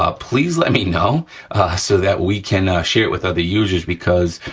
ah please let me know so that we can share it with other users because